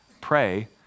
Pray